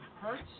hurts